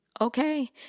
Okay